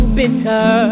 bitter